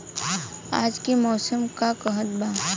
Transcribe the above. आज क मौसम का कहत बा?